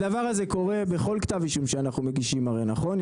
הדבר הזה קורה בכל כתב אישום שאנחנו מגישים הרי נכון?.